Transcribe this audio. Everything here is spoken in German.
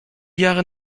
jahre